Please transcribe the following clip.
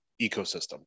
ecosystem